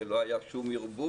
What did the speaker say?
ולא היה שום ערבוב,